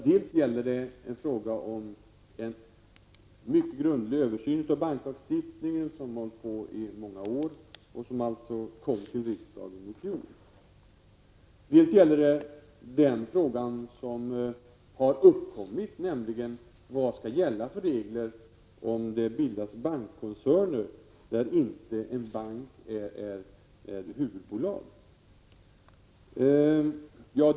Dels rör det sig om en mycket grundlig översyn av banklagstiftningen, något som pågått i många år och som resulterade i en proposition till riksdagen i fjol, dels gäller det den uppkomna frågan om vilka regler som skall gälla om det bildas bankkoncerner, där en bank inte är moderbolag.